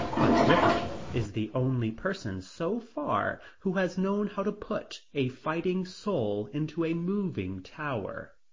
but griffith is the only person so far who has known how to put a fighting soul into a moving tower.